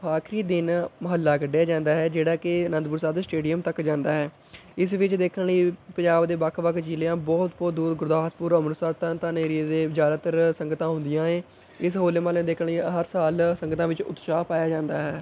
ਆਖਰੀ ਦਿਨ ਮਹੱਲਾ ਕੱਢਿਆ ਜਾਂਦਾ ਹੈ ਜਿਹੜਾ ਕਿ ਅਨੰਦਪੁਰ ਸਾਹਿਬ ਦੇ ਸਟੇਡੀਅਮ ਤੱਕ ਜਾਂਦਾ ਹੈ ਇਸ ਵਿੱਚ ਦੇਖਣ ਲਈ ਪੰਜਾਬ ਦੇ ਵੱਖ ਵੱਖ ਜਿਲ੍ਹਿਆਂ ਬਹੁਤ ਬਹੁਤ ਦੂਰ ਗੁਰਦਾਸਪੁਰ ਅੰਮ੍ਰਿਤਸਰ ਤਰਨਤਾਰਨ ਏਰੀਏ ਦੇ ਜ਼ਿਆਦਾਤਰ ਸੰਗਤਾਂ ਆਉਂਦੀਆਂ ਏ ਇਸ ਹੋਲੇ ਮਹੱਲੇ ਨੂੰ ਦੇਖਣ ਲਈ ਹਰ ਸਾਲ ਸੰਗਤਾਂ ਵਿੱਚ ਉਤਸ਼ਾਹ ਪਾਇਆ ਜਾਂਦਾ ਹੈ